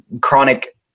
chronic